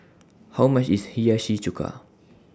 How much IS Hiyashi Chuka